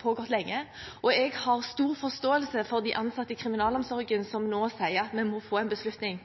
pågått lenge. Jeg har stor forståelse for de ansatte i kriminalomsorgen, som nå sier at vi må få en beslutning,